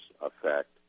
effect